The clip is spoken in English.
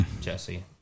Jesse